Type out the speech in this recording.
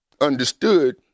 understood